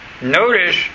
notice